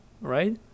right